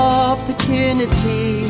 opportunity